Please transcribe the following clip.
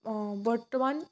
বৰ্তমান